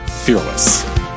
Fearless